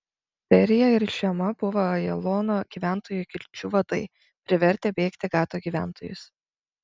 berija ir šema buvo ajalono gyventojų kilčių vadai privertę bėgti gato gyventojus